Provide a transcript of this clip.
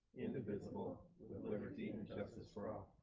indivisible with and liberty and and justice for all.